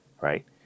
Right